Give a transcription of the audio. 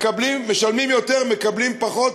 משלמים יותר, מקבלים פחות.